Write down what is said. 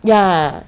ya